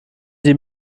sie